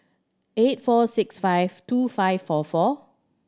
eight four six five two five four four